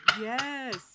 Yes